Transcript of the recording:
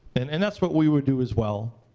and and that's what we would do as well,